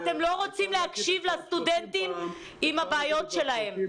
אתם לא רוצים להקשיב לסטודנטים עם הבעיות שלהם.